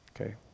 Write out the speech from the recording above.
okay